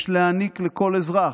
יש להעניק לכל אזרח",